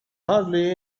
hardly